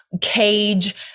cage